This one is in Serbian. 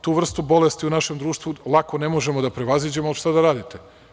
Tu vrstu bolesti u našem društvu ne možemo lako da prevaziđemo, ali, šta da radimo.